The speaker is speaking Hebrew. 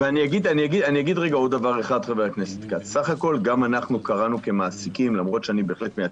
אני יודע, וגם עדכנו אותי.